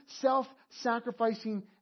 self-sacrificing